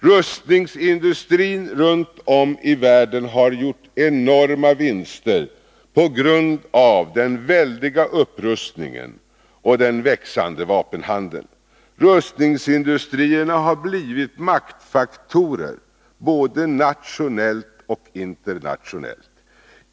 Rustningsindustrin runt om i världen har gjort enorma vinster på grund av den väldiga upprustningen och den växande vapenhandeln. Rustningsindustrierna har blivit maktfaktorer både nationellt och internationellt.